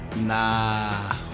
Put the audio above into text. Nah